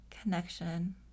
connection